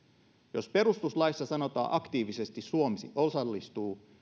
jos perustuslaissa sanotaan aktiivisesti suomi osallistuu niin